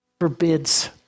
forbids